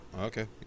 Okay